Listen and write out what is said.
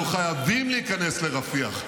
אנחנו חייבים להיכנס לרפיח.